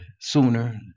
sooner